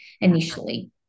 initially